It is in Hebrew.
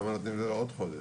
למה לא נותנים לזה עוד חודש?